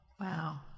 Wow